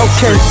Okay